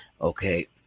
okay